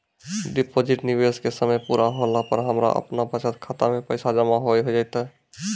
Deposit निवेश के समय पूरा होला पर हमरा आपनौ बचत खाता मे पैसा जमा होय जैतै?